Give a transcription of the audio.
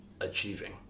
achieving